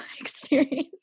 experience